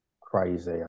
crazy